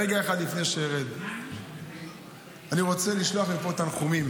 רגע אחד לפני שארד אני רוצה לשלוח תנחומים